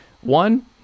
one